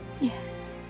Yes